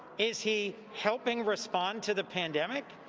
is he helping respond to the pandemic?